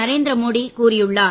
நரேந்திர மோடி கூறியுள்ளார்